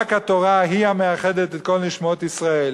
רק התורה, היא המאחדת את כל נשמות ישראל,